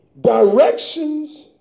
Directions